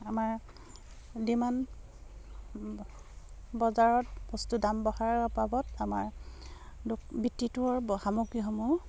আমাৰ ডিমাণ্ড বজাৰত বস্তু দাম বঢ়াৰ বাবত আমাৰ বৃত্তিটোৰ সামগ্ৰীসমূহ